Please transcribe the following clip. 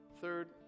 Third